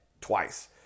twice